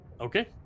Okay